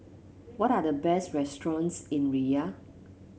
what are the best restaurants in Riyadh